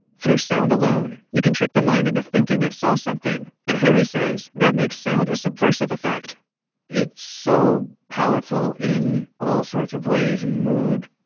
through sound, you can trick the mind into thinking it saw something, and harry says that makes sound a subversive effect it's so powerful in all sorts of ways. in mood,